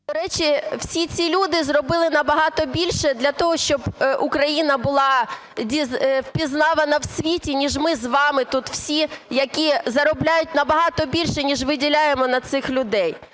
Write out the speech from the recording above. До речі, всі ці люди зробили набагато більше для того, щоб Україна була впізнавана в світі, ніж ми з вами тут всі, які заробляють набагато більше ніж виділяємо на цих людей.